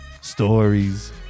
stories